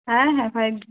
হ্যাঁ হ্যাঁ ফাইভ জি